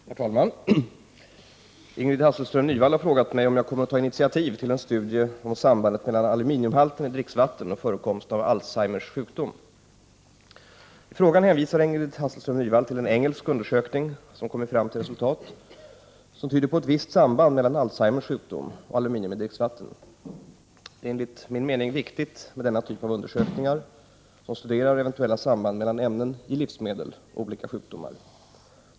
Herr talman! Ingrid Hasselström Nyvall har frågat mig om jag kommer att tainitiativ till en studie om sambandet mellan aluminiumhalten i dricksvatten och förekomsten av Alzheimers sjukdom. I frågan hänvisar Ingrid Hasselström Nyvall till en engelsk undersökning som kommit fram till resultat som tyder på ett visst samband mellan Alzheimers sjukdom och aluminium i dricksvatten. Det är enligt min mening viktigt med denna typ av undersökningar, där det studeras eventuella samband mellan ämnen i livsmedel och olika sjukdomar.